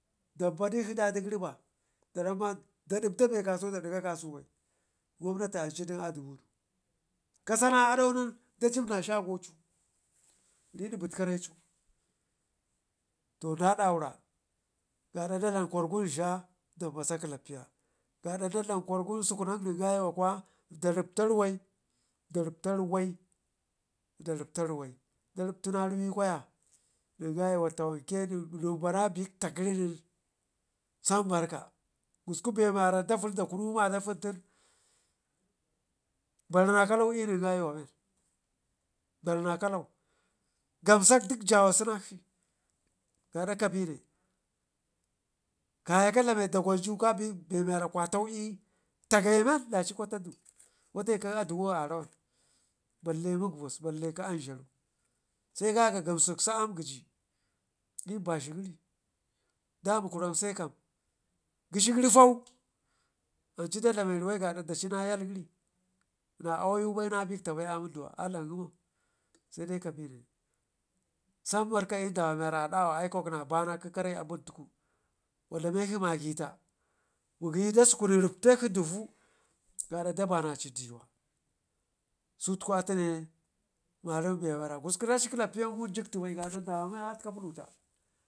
dampa dikshi daɗigəriba daramma da dibda be əasau dakga kasuwe bai gomnati an cudin adumudu kasana ado nen da cim na shagocu ri bidid karecu to na daura gadda da dlem gwarkun dla danbasa ƙillapiya, kwargun sukunak nen gayuwa kuwa da ripta ruwai daripta ruwai da riptina ruwai kweyanen gawuwa tawanke nen nen bana bikta genin sam barka gusku be wara jav ərri da kunu madafun tun barna kalau l'nen gayuwa men bama kalau gamsak gid jawasu nakshi gadda kabene, kaya kwa dlame dagwanju kabe be wara kwatau taka kayi men daci kwatadu wate kə adugu wun arawan balle mugubuz belle kə amgharu se keƙe gimsek sa amma giji l'mazhi gəri dami guram se kam, gəshi gəri fau ancu da dlame ruwai gadda daci na yal gəri na awaibai na biƙ bai amunduwa a dlamgumo se dai kabire sambarka l'dawa miwara adawa aikwak naba kə kare abuntuku wa dlamekshi magəta mugəyi daskunikshi rippekshi duvu gaada da banaci diwa sutku, atune marəm be wara kusku rashi kəlapi ya wun jigtu ba maya atka puluta.